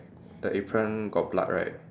the apron got blood right